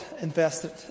invested